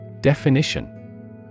Definition